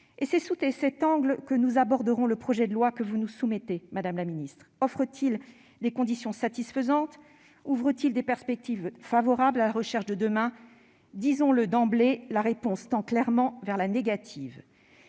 C'est sous cet angle que nous aborderons le projet de loi que vous nous soumettez, madame la ministre : offre-t-il des conditions satisfaisantes et ouvre-t-il des perspectives favorables à la recherche de demain ? Disons-le d'emblée, la réponse tend clairement vers la négative.